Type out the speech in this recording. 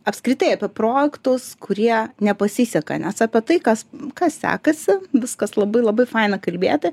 apskritai apie projektus kurie nepasiseka nes apie tai kas kas sekasi viskas labai labai faina kalbėti